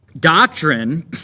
Doctrine